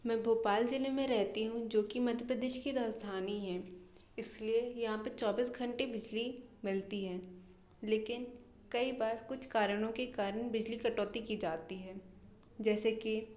मैं भोपाल जिले में रहती हूँ जो कि मध्य प्रदेश की राजधानी हैं इसलिए यहाँ पे चौबीस घंटे बिजली मिलती हैं लेकिन कई बार कुछ कारणों के कारण बिजली कटौती की जाती है जैसे कि